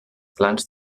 plans